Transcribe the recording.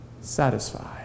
satisfied